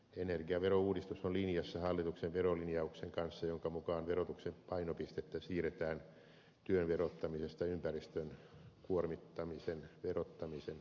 energiaverouudistus on linjassa hallituksen verolinjauksen kanssa jonka mukaan verotuksen painopistettä siirretään työn verottamisesta ympäristön kuormittamisen verottamisen suuntaan